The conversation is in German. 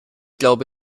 glaube